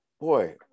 Boy